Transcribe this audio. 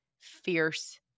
fierce